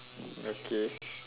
okay